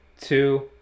two